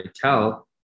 tell